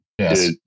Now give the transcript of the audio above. Yes